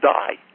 die